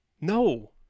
No